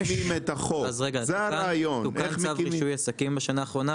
בשנה האחרונה תוקן צו רישוי העסקים,